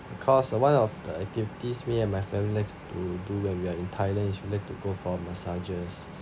because uh one of the activities me and my family like to do when we are in thailand is we like to go for massages